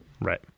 Right